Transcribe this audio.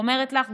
אני אומרת לך,